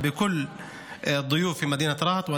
חבורת מתנחלים פנו לכניסה של העיר רהט.